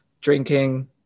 drinking